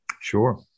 Sure